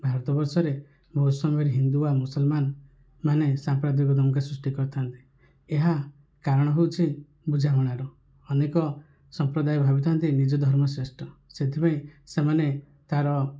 ଭାରତ ବର୍ଷରେ ବହୁତ ସମୟରେ ହିନ୍ଦୁ ଆଉ ମୁସଲମାନମାନେ ସାମ୍ପ୍ରଦାୟିକ ଦଙ୍ଗା ସୃଷ୍ଟି କରିଥାନ୍ତି ଏହା କାରଣ ହେଉଛି ବୁଝାବଣାର ଅନେକ ସମ୍ପ୍ରଦାୟ ଭାବିଥାନ୍ତି ନିଜ ଧର୍ମ ଶ୍ରେଷ୍ଠ ସେଥିପାଇଁ ସେମାନେ ତା'ର